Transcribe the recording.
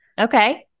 Okay